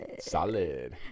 Solid